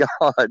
God